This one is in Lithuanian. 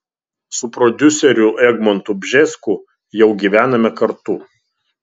su prodiuseriu egmontu bžesku jau gyvename kartu